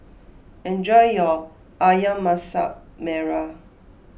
enjoy your Ayam Masak Merah